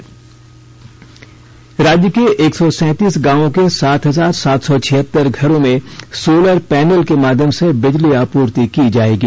Jharkhand cabinet राज्य के एक सौ सैंतीस गांवों के सात हजार सात सौ छियतर घरों में सोलर पैनल के माध्यम से बिजली आपूर्ति की जाएगी